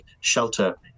shelter